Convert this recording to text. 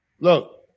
Look